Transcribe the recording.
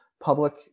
public